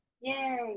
Yay